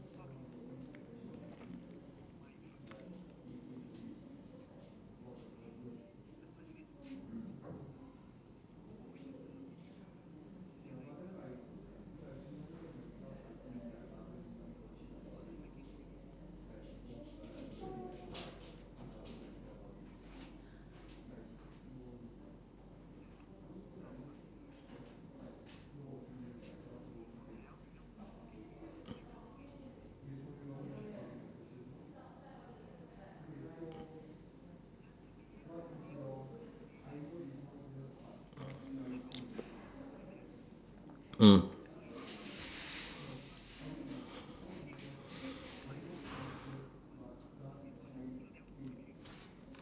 mm